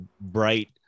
bright